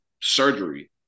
surgery